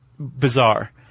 Bizarre